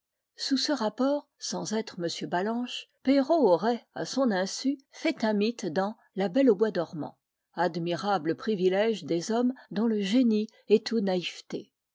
sous ce rapport sans être m ballanche perrault aurait à son insu fait un mythe dans la belle au bois donnant admirable privilège des hommes dont le génie est tout naïveté